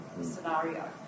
scenario